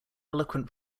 eloquent